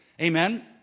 Amen